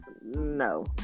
No